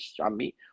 Shami